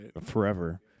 Forever